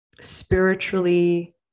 spiritually